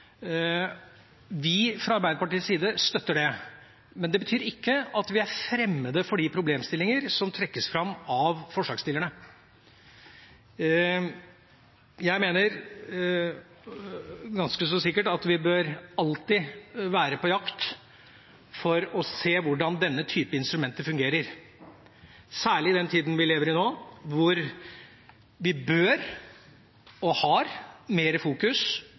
Vi fra Arbeiderpartiets side støtter det, men det betyr ikke at vi er fremmede for de problemstillinger som trekkes fram av forslagsstillerne. Jeg mener ganske så sikkert at vi alltid bør være på vakt for å se hvordan denne type instrumenter fungerer, særlig i den tida vi lever i nå, hvor vi bør ha og har mer fokus